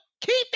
keep